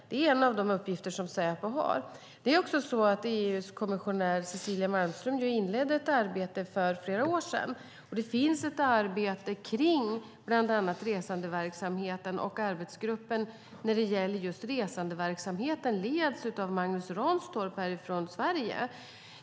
Det är en av de uppgifter Säpo har. Det är också så att EU:s kommissionär Cecilia Malmström inledde ett arbete för flera år sedan, och det finns ett arbete kring bland annat resandeverksamheten. Arbetsgruppen när det gäller just resandeverksamheten leds av Magnus Ranstorp härifrån Sverige.